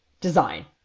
design